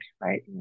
right